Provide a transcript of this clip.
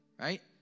Right